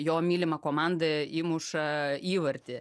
jo mylima komanda įmuša įvartį